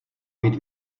mít